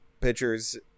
pitchers